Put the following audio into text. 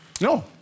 No